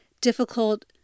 difficult